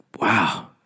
wow